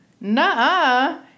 Nah